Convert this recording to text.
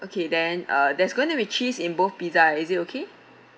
okay then uh there's going to be cheese in both pizza is it okay